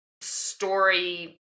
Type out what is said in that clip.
story